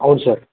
అవును సార్